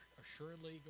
assuredly